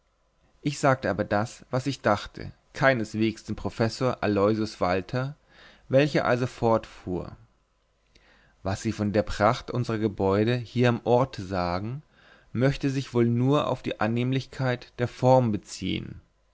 ich sagte aber das was ich dachte keinesweges dem professor aloysius walther welcher also fortfuhr was sie von der pracht unserer gebäude hier am orte sagen möchte sich wohl nur auf die annehmlichkeit der form beziehen